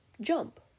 jump